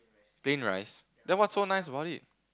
plain rice then what's so nice about it